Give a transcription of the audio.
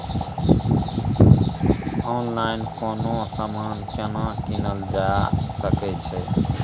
Online कोनो समान केना कीनल जा सकै छै?